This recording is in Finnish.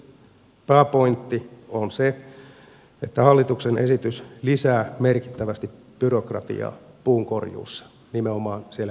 sen pääpointti on se että hallituksen esitys lisää merkittävästi byrokratiaa puunkorjuussa nimenomaan siellä metsäpäässä